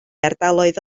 ardaloedd